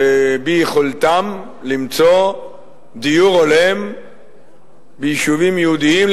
ביכולתם למצוא דיור הולם ביישובים יהודיים,